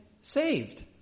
saved